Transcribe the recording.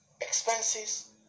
expenses